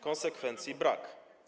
Konsekwencji brak.